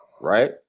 Right